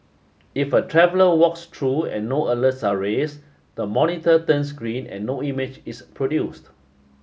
if a traveller walks true and no alerts are raise the monitor turns green and no image is produced